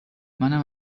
منم